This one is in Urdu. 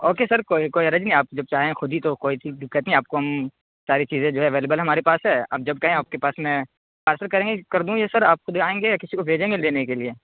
اوکے سر کوئی کوئی حرج نہیں آپ جب چاہیں خود ہی تو کوئی دقت نہیں آپ کو ہم ساری چیزیں جو ہے ایولیبل ہیں ہمارے پاس ہے آپ جب کہیں آپ کے پاس میں پارسل کریں کردوں یا سر آپ خود آئیں گے کسی کو بھیجیں گے لینے کے لیے